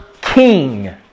king